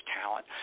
talent